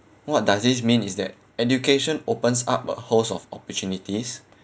what does this mean is that education opens up a host of opportunities